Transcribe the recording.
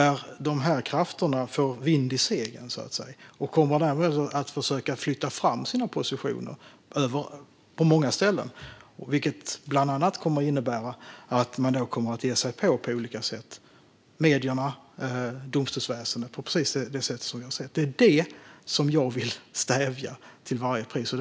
Dessa krafter kan få vind i seglen och kommer då att försöka flytta fram sina positioner på många ställen, vilket bland annat kommer att innebära att dessa krafter på olika sätt kommer att ge sig på medierna och domstolsväsendet på precis det sätt som vi har sett. Det är detta jag vill stävja till varje pris.